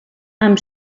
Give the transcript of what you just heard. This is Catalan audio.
amb